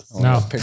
No